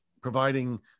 providing